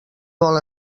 vol